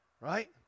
Right